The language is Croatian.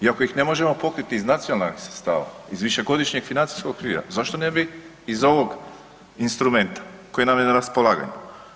I ako ih ne možemo pokriti iz nacionalnih sredstava, iz višegodišnjeg financijskog okvira zašto ne bi iz ovog instrumenta koji nam je na raspolaganju.